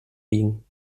liegen